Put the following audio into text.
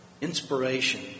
inspiration